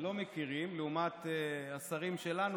לא מכירים לעומת השרים שלנו,